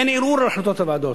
אין ערעור על החלטות הוועדות.